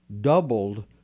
doubled